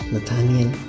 Nathaniel